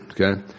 Okay